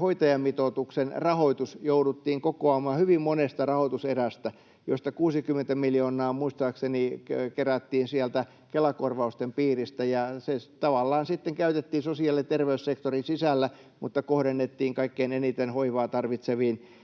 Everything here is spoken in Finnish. hoitajamitoituksen rahoitus jouduttiin kokoamaan hyvin monesta rahoituserästä, josta 60 miljoonaa muistaakseni kerättiin sieltä Kela-korvausten piiristä, ja se tavallaan sitten käytettiin sosiaali- ja terveyssektorin sisällä, mutta kohdennettiin kaikkein eniten hoivaa tarvitseviin